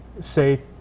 say